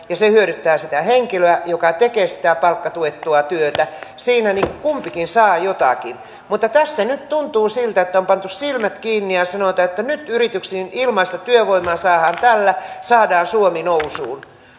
ja se hyödyttää sitä henkilöä joka tekee sitä palkkatuettua työtä siinä kumpikin saa jotakin mutta tässä nyt tuntuu siltä että on pantu silmät kiinni ja sanotaan että nyt yrityksiin ilmaista työvoimaa saadaan tällä saadaan suomi nousuun